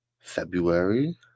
February